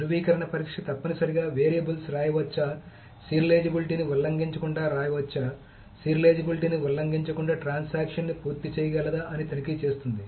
ధ్రువీకరణ పరీక్ష తప్పనిసరిగా వేరియబుల్స్ రాయవచ్చా సీరియలైజేబిలిటీని ఉల్లంఘించకుండా వ్రాయవచ్చా సీరియలైజేబిలిటీని ఉల్లంఘించకుండా ట్రాన్సాక్షన్ ని పూర్తి చేయగలదా అని తనిఖీ చేస్తుంది